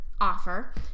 offer